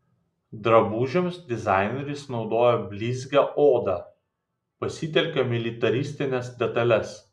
drabužiams dizaineris naudoja blizgią odą pasitelkia militaristines detales